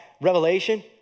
Revelation